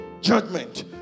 judgment